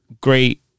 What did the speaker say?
great